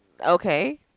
okay